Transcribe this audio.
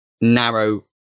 narrow